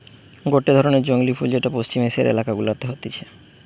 গটে ধরণের জংলী ফুল যেটা পশ্চিম এশিয়ার এলাকা গুলাতে হতিছে